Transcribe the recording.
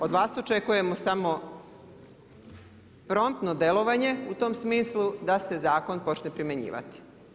Od vas očekujemo samo promptno djelovanje, u tom smislu, da se zakon počne primjenjivati.